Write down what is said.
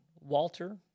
Walter